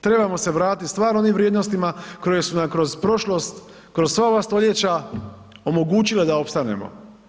Trebamo se vratiti stvarno onim vrijednosti koje su nam kroz prošlost, kroz sva ova stoljeća omogućila da opstanemo.